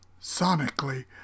sonically